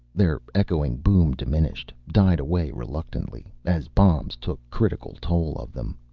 their echoing boom diminished, died away reluctantly, as bombs took critical toll of them.